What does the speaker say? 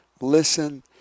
Listen